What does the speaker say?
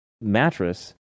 Mattress